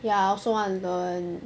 ya I also want to learn